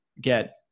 get